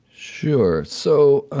sure. so